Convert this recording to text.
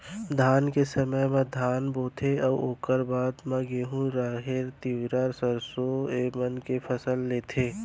धान के समे म धान बोथें अउ ओकर बाद म गहूँ, राहेर, तिंवरा, सरसों ए मन के फसल लेथें